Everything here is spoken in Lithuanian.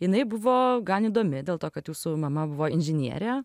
jinai buvo gan įdomi dėl to kad jūsų mama buvo inžinierė